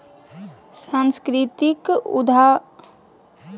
सांस्कृतिक उद्यमिता कला समुदाय, सांस्कृतिक धरोहर आर विशेष समुदाय से सम्बंधित रहो हय